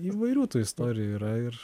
įvairių tų istorijų yra ir